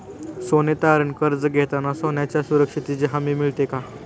सोने तारण कर्ज घेताना सोन्याच्या सुरक्षेची हमी मिळते का?